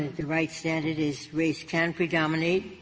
the right standard is race can predominate,